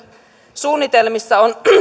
suunnitelmissa on